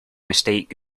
mistake